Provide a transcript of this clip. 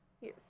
Yes